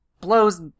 blows